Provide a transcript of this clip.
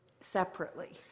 separately